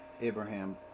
Abraham